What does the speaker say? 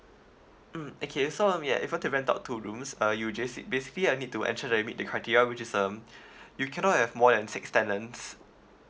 mm okay so um yeah if you're to rent out two rooms uh you just need basically I need to ensure that you've meet the criteria which is um you cannot have more than six tenants